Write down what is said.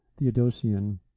Theodosian